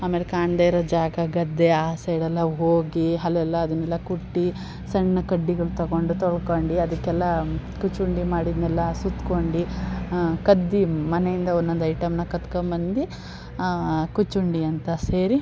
ಆಮೇಲೆ ಕಾಣದೇ ಇರೋ ಜಾಗ ಗದ್ದೆ ಆ ಸೈಡೆಲ್ಲ ಹೋಗಿ ಅಲ್ಲೆಲ್ಲ ಅದನ್ನೆಲ್ಲ ಕುಟ್ಟಿ ಸಣ್ಣ ಕಡ್ಡಿಗಳು ತಗೊಂಡು ತೊಳ್ಕೊಂಡು ಅದಕ್ಕೆಲ್ಲ ಕುಚುಂಡಿ ಮಾಡಿದ್ನೆಲ್ಲ ಸುತ್ಕೊಂಡು ಕದ್ದು ಮನೆಯಿಂದ ಒಂದೊಂದು ಐಟಂನ ಕದ್ಕೊಬಂದು ಕುಚುಂಡಿ ಅಂತ ಸೇರಿ